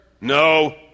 No